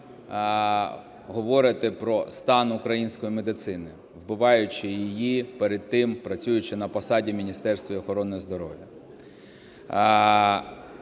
говорите про стан української медицини, вбиваючи її перед тим, працюючи на посаді в Міністерстві охорони здоров'я.